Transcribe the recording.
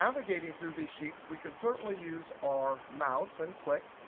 navigating through these sheets, we can certainly use our mouse and click.